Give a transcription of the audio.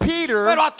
Peter